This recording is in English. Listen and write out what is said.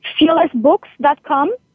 fearlessbooks.com